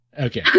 Okay